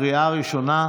לקריאה ראשונה,